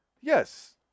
Yes